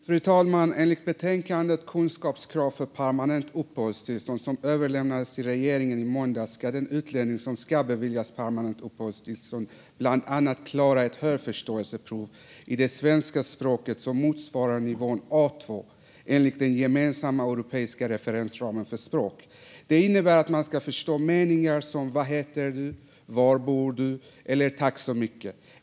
Fru talman! Enligt betänkandet Kunskapskrav för permanent uppehållstillstånd som överlämnades till regeringen i måndags ska den utlänning som ska beviljas permanent uppehållstillstånd bland annat klara ett hörförståelseprov i det svenska språket som motsvarar nivå A2 enligt den gemensamma europeiska referensramen för språk. Det innebär att man ska förstå meningar som "vad heter du", "var bor du" eller "tack så mycket".